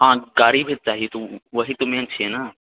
हँ गाड़ी भी चाही तऽ वही तऽ मेन छिऐ ने